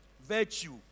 Virtue